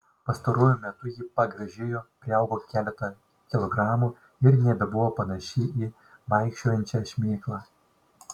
pastaruoju metu ji pagražėjo priaugo keletą kilogramų ir nebebuvo panaši į vaikščiojančią šmėklą